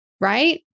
right